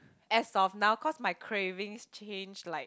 as of now cause my craving change like